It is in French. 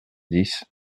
dix